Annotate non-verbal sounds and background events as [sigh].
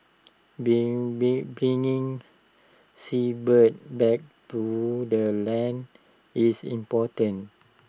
being [unintelligible] bringing seabirds back to the land is important